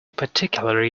particularly